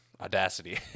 audacity